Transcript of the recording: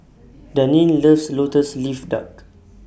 Daneen loves Lotus Leaf Duck